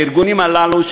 הארגונים הללו,